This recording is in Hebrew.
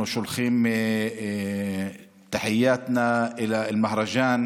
אנחנו שולחים (אומר דברים בשפה הערבית,